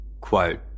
Quote